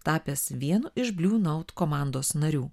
tapęs vienu iš bliu naut komandos narių